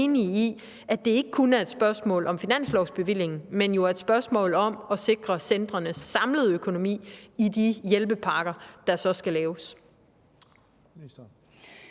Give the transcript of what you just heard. at det ikke kun er et spørgsmål om finanslovsbevilling, men jo et spørgsmål om at sikre centrenes samlede økonomi med de hjælpepakker, der så skal laves.